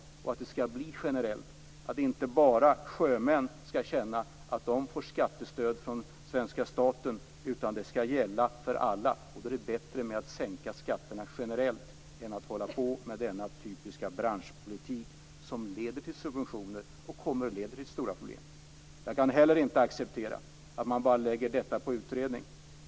Jag vill att det skall vara generellt. Det är inte bara sjömän som skall kunna känna att de får skattestöd från den svenska staten. Det skall gälla för alla, och då är det bättre att sänka skatterna generellt än att hålla på med denna typiska branschpolitik som leder till subventioner. Det kommer att leda till stora problem. Jag kan inte heller acceptera att man bara lägger detta på en utredning.